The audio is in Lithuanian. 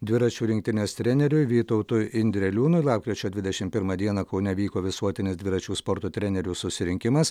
dviračių rinktinės treneriui vytautui indreliūnui lapkričio dvidešimt pirmą dieną kaune vyko visuotinis dviračių sporto trenerių susirinkimas